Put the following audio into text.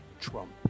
Trump